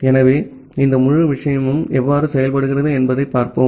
ஆகவே இந்த முழு விஷயமும் எவ்வாறு செயல்படுகிறது என்பதைப் பார்ப்போம்